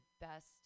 best